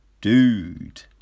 dude